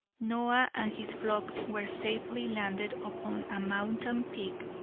noah his flock were safely landed upon a mountain peak,